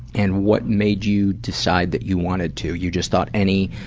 and what made you decide that you wanted to? you just thought any